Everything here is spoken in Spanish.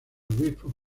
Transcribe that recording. obispos